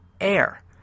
air